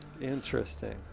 Interesting